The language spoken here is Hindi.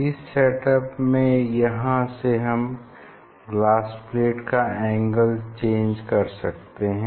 इस सेट अप में यहाँ से हम ग्लास प्लेट का एंगल चेंज कर सकते हैं